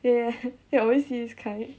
ya ya always see this kind